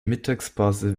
mittagspause